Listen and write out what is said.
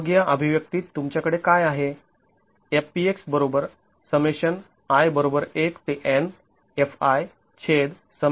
मग या अभिव्यक्तीत तुमच्याकडे काय आहे